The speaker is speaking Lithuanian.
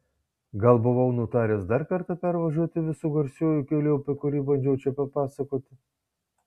gal buvau nutaręs dar kartą pervažiuoti visu garsiuoju keliu apie kurį bandžiau čia papasakoti